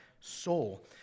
soul